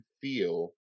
feel